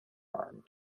arm